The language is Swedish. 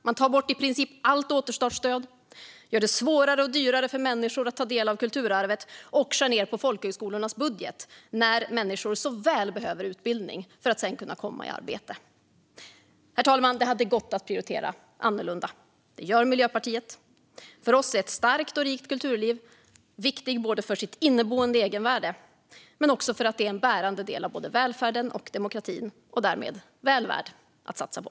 Man tar bort i princip allt återstartsstöd och gör det svårare och dyrare för människor att ta del av kulturarvet, och man skär ned på folkhögskolornas budget när människor så väl behöver utbildning för att sedan kunna komma i arbete. Herr talman! Det hade gått att prioritera annorlunda. Det gör Miljöpartiet. För oss är ett starkt och rikt kulturliv viktigt både för dess inneboende egenvärde och för att det är en bärande del av både välfärden och demokratin och därmed väl värt att satsa på.